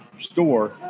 store